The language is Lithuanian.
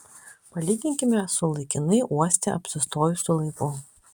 palyginkime su laikinai uoste apsistojusiu laivu